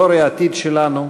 דור העתיד שלנו,